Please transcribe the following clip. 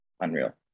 unreal